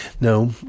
No